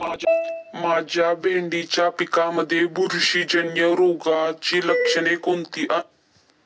माझ्या भेंडीच्या पिकामध्ये बुरशीजन्य रोगाची लक्षणे कोणती आहेत?